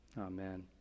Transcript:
amen